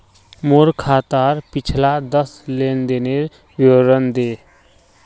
मोर खातार पिछला दस लेनदेनेर विवरण दे